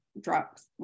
drugs